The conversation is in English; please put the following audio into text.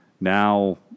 now